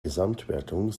gesamtwertung